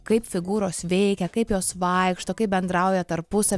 kaip figūros veikia kaip jos vaikšto kaip bendrauja tarpusa